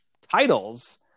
titles